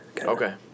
Okay